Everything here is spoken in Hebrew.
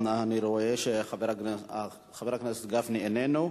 אני רואה שחבר הכנסת גפני איננו.